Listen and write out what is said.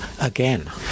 Again